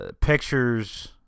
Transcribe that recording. Pictures